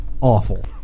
awful